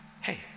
hey